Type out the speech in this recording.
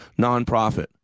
nonprofit